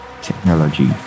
technology